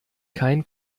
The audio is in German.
kein